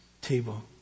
table